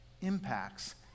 impacts